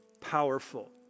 powerful